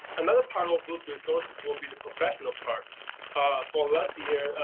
another part of those resources will be the professional part for last year,